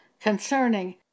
concerning